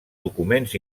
documents